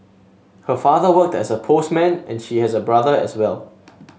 her father worked as a postman and she has a brother as well